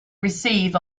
receive